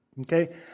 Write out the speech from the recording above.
okay